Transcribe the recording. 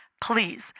please